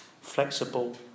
flexible